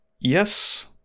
yes